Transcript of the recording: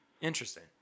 Interesting